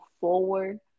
forward